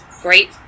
Great